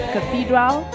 Cathedral